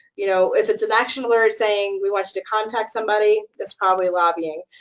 you know, if it's an action alert saying, we want you to contact somebody, that's probably lobbying.